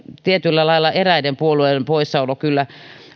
tietyllä lailla eräiden puolueiden poissaolo kyllä